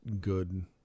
good